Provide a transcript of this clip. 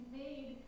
made